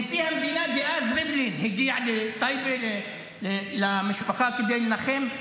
נשיא המדינה דאז ריבלין הגיע לטייבה כדי לנחם,